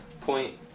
point